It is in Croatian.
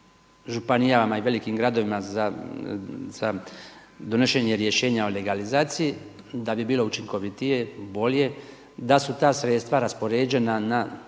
županijama i velikim gradovima za donošenje rješenja o legalizaciji da bi bilo učinkovitije, bolje da su ta sredstva raspoređena na